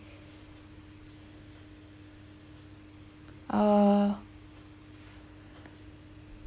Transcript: uh